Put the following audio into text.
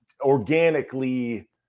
organically